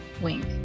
Wink